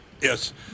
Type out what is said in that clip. Yes